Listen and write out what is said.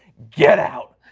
get out.